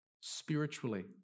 spiritually